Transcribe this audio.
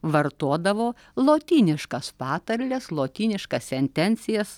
vartodavo lotyniškas patarles lotyniškas sentencijas